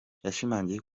yashimangiye